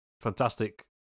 fantastic